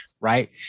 Right